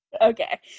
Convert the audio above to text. Okay